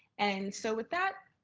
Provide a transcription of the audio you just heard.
and so with that,